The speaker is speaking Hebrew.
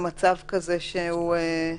הלאה.